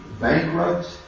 bankrupt